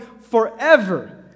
forever